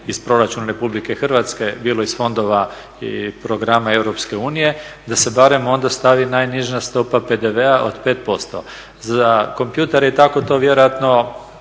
iz Proračuna RH bilo iz fondova i programa EU da se barem onda stavi najniža stopa PDV-a od 5%. Za kompjutere i tako to vjerojatno